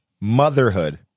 Motherhood